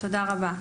תודה רבה.